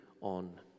on